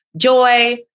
joy